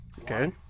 Okay